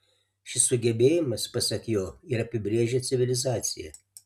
šis sugebėjimas pasak jo ir apibrėžia civilizaciją